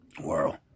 world